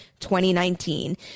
2019